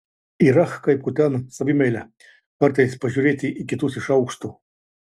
ir ach kaip kutena savimeilę kartais pažiūrėti į kitus iš aukšto